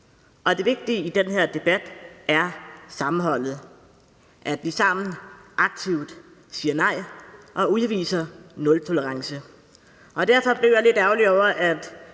Det vigtige i den her debat er sammenholdet, at vi sammen aktivt siger nej og udviser nultolerance. Derfor blev jeg lidt ærgerlig over, at